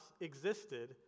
existed